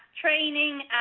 training